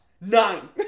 Nine